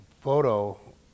photo